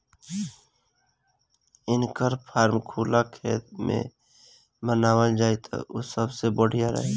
इनकर फार्म खुला खेत में बनावल जाई त उ सबसे बढ़िया रही